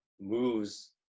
moves